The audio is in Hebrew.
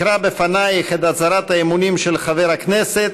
אקרא לפניך את הצהרת האמונים של חבר הכנסת,